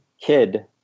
kid